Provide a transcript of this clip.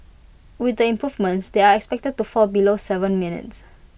with the improvements they are expected to fall below Seven minutes